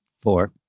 Four